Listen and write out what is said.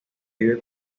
vive